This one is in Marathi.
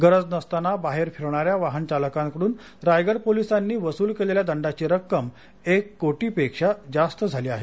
गरज नसताना बाहेर फिरणाऱ्या वाहन चालकांकडून रायगड पोलिसांनी वसूल केलेल्या दंडाची रक्कम एक कोटीपेक्षा जास्त झाली आहे